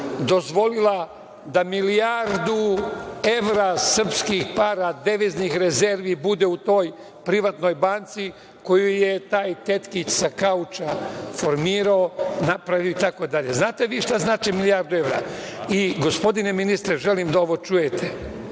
dozvolila da milijardu evra srpskih para, deviznih rezervi bude u toj privatnoj banci koju je taj tetkić sa kauča formirao, napravio itd. Znate li vi šta znači milijardu evra? Gospodine ministre, želim da ovo čujete,